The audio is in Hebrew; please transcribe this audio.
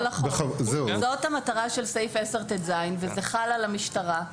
זו המטרה של סעיף 10טז וזה חל על המשטרה.